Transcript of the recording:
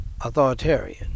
authoritarian